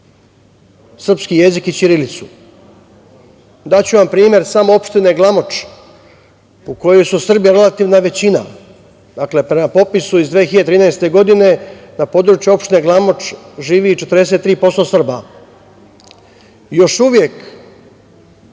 srpski jezik i ćirilicu. Daću vam primer samo opštine Glamoč u kojoj su Srbi relativna većina. Prema popisu iz 2013. godine na području opštine Glamoč živi 43% Srba. Još uvek